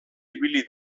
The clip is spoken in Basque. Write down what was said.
ibili